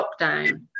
lockdown